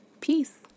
Peace